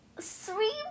Three